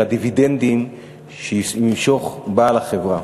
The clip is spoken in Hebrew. של הדיבידנדים שימשוך בעל החברה.